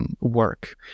work